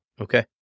Okay